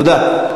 תודה.